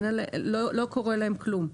לא קורה להם כלום.